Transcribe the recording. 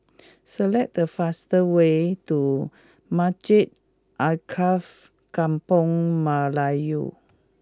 select the fast way to Masjid Alkaff Kampung Melayu